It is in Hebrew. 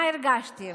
מה הרגשתי?